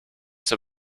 zur